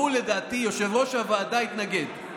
לדעתי יושב-ראש הוועדה התנגד.